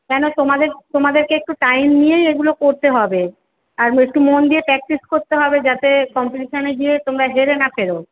কেন তোমাদের তোমাদেরকে একটু টাইম নিয়েই এগুলো করতে হবে আর একটু মন দিয়ে প্র্যাকটিস করতে হবে যাতে কম্পিটিশনে গিয়ে তোমরা হেরে না ফেরো